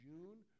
June